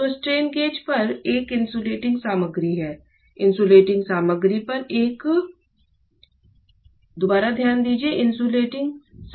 तो strain gauge पर एक इंसुलेटिंग सामग्री है इंसुलेटिंग सामग्री पर एक सोने का पैड है